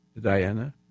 Diana